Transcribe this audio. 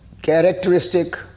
Characteristic